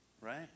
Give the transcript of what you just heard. right